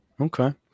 Okay